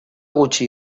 gutxi